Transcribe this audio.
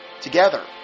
Together